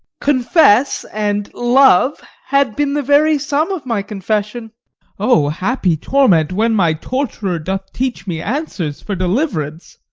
confess and love had been the very sum of my confession o happy torment, when my torturer doth teach me answers for deliverance!